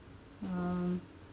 uh